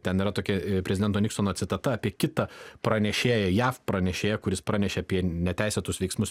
ten yra tokia prezidento niksono citata apie kitą pranešėją jav pranešėją kuris pranešė apie neteisėtus veiksmus